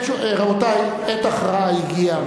רבותי, עת הכרעה הגיעה.